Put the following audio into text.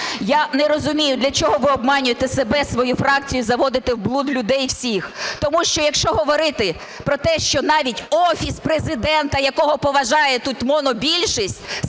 Я не розумію для чого ви обманюєте себе, свою фракцію, заводите в блуд людей всіх. Тому що, якщо говорити про те, що навіть Офіс Президента, якого поважає тут монобільшість,